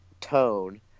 tone